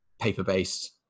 paper-based